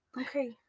Okay